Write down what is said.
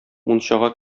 мунчага